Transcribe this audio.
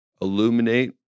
Illuminate